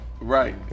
Right